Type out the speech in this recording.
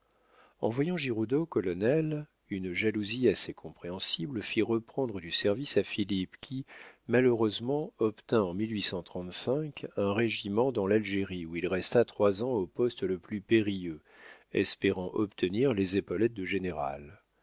en voyant giroudeau colonel une jalousie assez compréhensible fit reprendre du service à philippe qui malheureusement obtint en un régiment dans l'algérie où il resta trois ans au poste le plus périlleux espérant obtenir les épaulettes de général